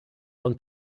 von